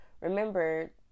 remember